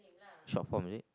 short form is it